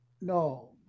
No